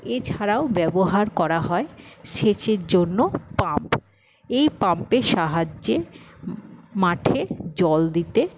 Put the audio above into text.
এছাড়াও ব্যবহার করা হয় সেচের জন্য পাম্প এই পাম্পের সাহায্যে মাঠে জল দিতে